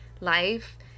life